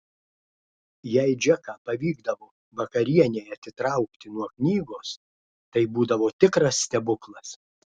jei džeką pavykdavo vakarienei atitraukti nuo knygos tai būdavo tikras stebuklas